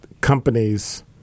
companies